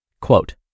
Quote